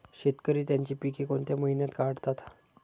शेतकरी त्यांची पीके कोणत्या महिन्यात काढतात?